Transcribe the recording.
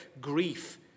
grief